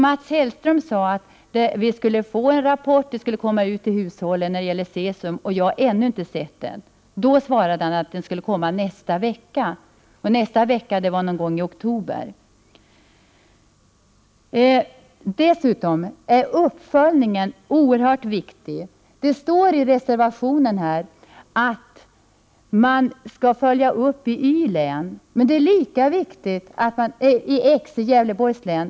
Mats Hellström lovade att vi skulle få en rapport om cesium som skulle komma ut till hushållen. Jag har ännu inte sett den. Då svarade Mats Hellström att den skulle komma ”nästa vecka” — det var någon gång i oktober. Dessutom är uppföljningen oerhört viktig. Det står i reservation 13 att uppföljning skall ske i Gävleborgs län.